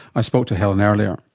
i spoke to helen earlier.